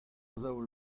zaol